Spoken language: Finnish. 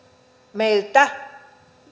meiltä